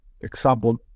example